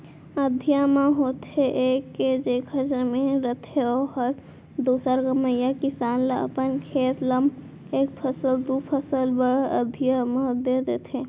अधिया म होथे ये के जेखर जमीन रथे ओहर दूसर कमइया किसान ल अपन खेत ल एक फसल, दू फसल बर अधिया म दे देथे